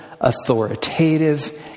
authoritative